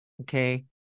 okay